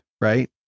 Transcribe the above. right